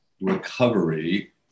recovery